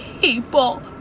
people